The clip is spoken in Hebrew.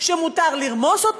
שמותר לרמוס?